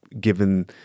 given